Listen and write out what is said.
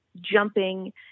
jumping